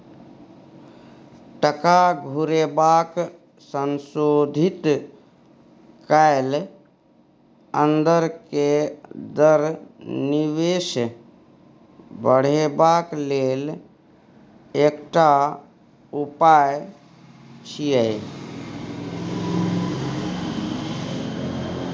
टका घुरेबाक संशोधित कैल अंदर के दर निवेश बढ़ेबाक लेल एकटा उपाय छिएय